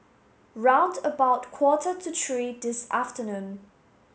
round about quarter to three this afternoon